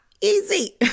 easy